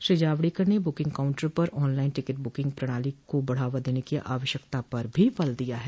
श्री जावडेकर ने बुकिंग काउन्टरों पर ऑनलाइन टिकट बुकिंग प्रणाली की बढ़ावा देने की आवश्यकता पर भी बल दिया है